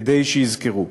כדי שיזכרו.